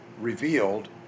revealed